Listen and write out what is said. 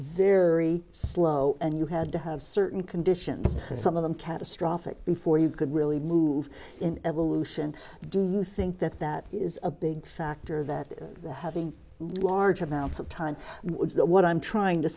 very slow and you had to have certain conditions some of them catastrophic before you could really move in evolution do you think that that is a big factor that having large amounts of time but what i'm trying to